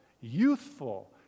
youthful